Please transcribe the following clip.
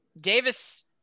Davis